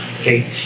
okay